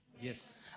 Yes